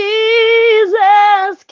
Jesus